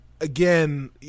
again